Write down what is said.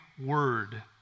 word